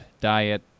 diet